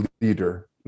leader